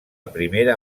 primera